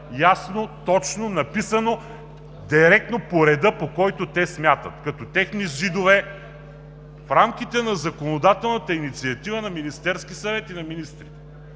ясно, точно, написано директно по реда, по който те смятат, като техни ЗИД-ове в рамките на законодателната инициатива на Министерския съвет и на министрите.